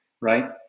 right